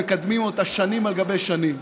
הם מקדמים אותה שנים על גבי שנים.